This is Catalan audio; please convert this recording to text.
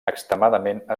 extremadament